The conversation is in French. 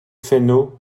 fesneau